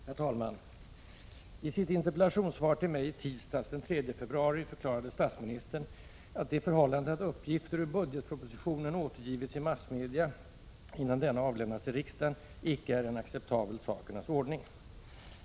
Herr talman! I sitt interpellationssvar till mig i tisdags, den 3 februari, förklarade statsministern att det förhållandet att uppgifter ur budgetpropositionen återgivits i massmedia innan denna avlämnats till riksdagen icke är en acceptabel sakernas ordning.